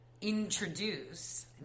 introduce